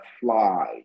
fly